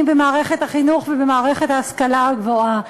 במערכת החינוך ובמערכת ההשכלה הגבוהה,